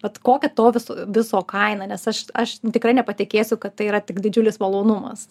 vat kokia to viso viso kaina nes aš aš tikrai nepatikėsiu kad tai yra tik didžiulis malonumas